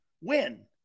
win